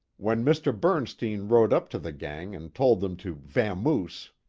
when mr. bernstein rode up to the gang and told them to vamoose,